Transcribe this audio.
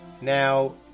Now